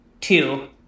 two